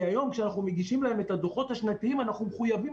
כי היום כשאנחנו מגישים להם את הדוחות השנתיים אנחנו מחויבים,